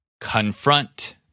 Confront